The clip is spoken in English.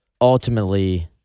ultimately